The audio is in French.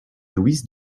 luis